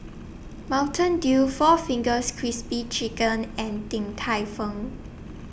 Mountain Dew four Fingers Crispy Chicken and Din Tai Fung